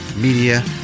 media